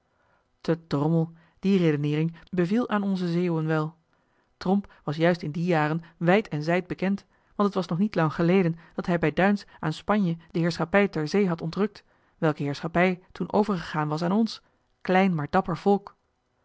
te drommel die redeneering beviel aan onze zeeuwen wel tromp was juist in die jaren wijd en zijd bekend want het was nog niet lang geleden dat hij bij duins aan spanje de heerschappij ter zee had ontrukt welke heerschappij toen overgegaan was aan ons klein maar dapper volk